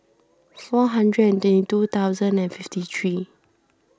four thousand and twenty two thousand and fifty three